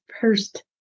first